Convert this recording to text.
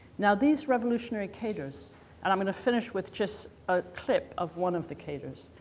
now these revolutionary cadres and i'm going to finish with just a clip of one of the cadres,